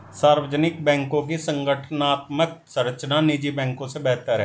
सार्वजनिक बैंकों की संगठनात्मक संरचना निजी बैंकों से बेहतर है